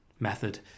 Method